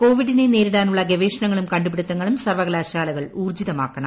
കോവിഡിനെ നേരിടാനുള്ള ഗവേഷണങ്ങളും കണ്ടുപിടിത്ത ങ്ങളും സർവകലാ ശാലകൾ ഊർജ്ജിതമാക്കണം